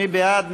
מי בעד?